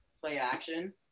play-action